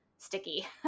Sticky